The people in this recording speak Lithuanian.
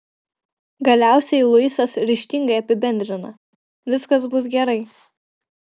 galiausiai luisas ryžtingai apibendrina viskas bus gerai